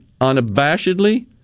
unabashedly